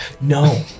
No